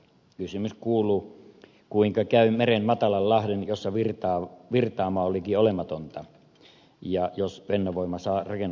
kysymys kuuluu kuinka käy meren matalan lahden jossa virtaama on liki olematonta jos fennovoima saa rakennusluvan pyhäjoelle